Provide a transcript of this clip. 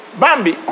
Bambi